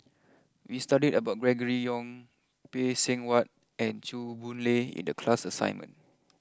we studied about Gregory Yong Phay Seng Whatt and Chew Boon Lay in the class assignment